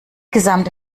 gesamte